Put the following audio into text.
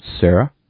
Sarah